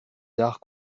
d’art